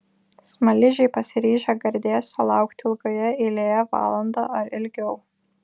smaližiai pasiryžę gardėsio laukti ilgoje eilėje valandą ar ilgiau